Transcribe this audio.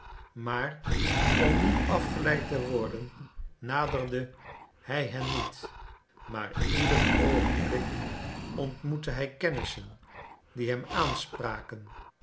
maar om niet afgeleid te worden naderde hij hen niet maar ieder oogenblik ontmoette hij kennissen die hem aanspraken